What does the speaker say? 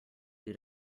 due